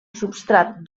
substrat